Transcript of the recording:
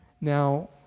Now